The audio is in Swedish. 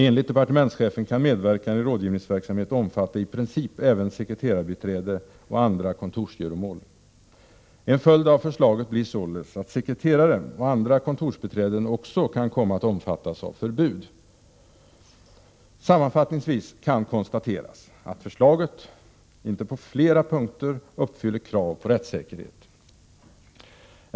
Enligt departementschefen kan medverkan i rådgivningsverk samhet omfatta i princip även sekreterarbiträde och andra kontorsgöromål. En följd av förslaget blir således att sekreterare och andra kontorsbiträden också kan komma att omfattas av förbud. Sammanfattningsvis kan konstateras att förslaget på flera punkter inte uppfyller krav på rättssäkerhet.